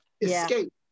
Escape